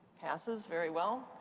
passes. very well.